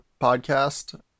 podcast